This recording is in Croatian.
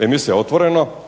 emisija Otvoreno